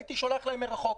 הייתי שולח להם מרחוק.